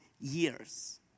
years